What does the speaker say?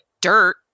dirt